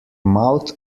mouth